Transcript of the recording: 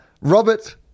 Robert